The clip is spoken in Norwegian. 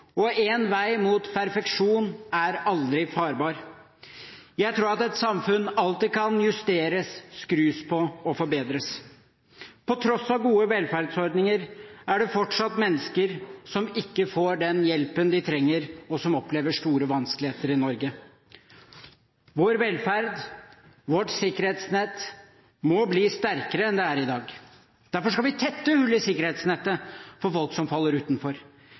og en vei mot perfeksjon er aldri farbar. Jeg tror at et samfunn alltid kan justeres, skrus på og forbedres. På tross av gode velferdsordninger er det fortsatt mennesker som ikke får den hjelpen de trenger, og som opplever store vanskeligheter i Norge. Vår velferd, vårt sikkerhetsnett, må bli sterkere enn det er i dag. Derfor skal vi tette hull i sikkerhetsnettet for folk som faller utenfor.